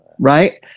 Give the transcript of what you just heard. right